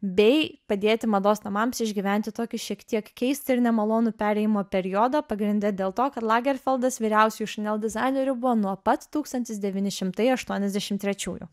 bei padėti mados namams išgyventi tokį šiek tiek keisti ir nemalonų perėjimo periodą pagrinde dėl to kad lagerfeldas vyriausiuoju chanel dizainerių buvo nuo pat tūkstantis devyni šimtai aštuoniasdešimt trečiųjų